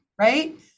right